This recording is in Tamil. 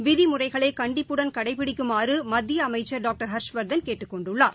விதிமுறைகளைகண்டிப்புடன் கடைபிடிக்குமாறுமத்தியஅமைச்சர் டாக்டர் ஹர்ஷ்வர்தன் கேட்டுக் கொண்டுள்ளார்